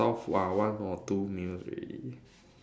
solve uh one or two meals already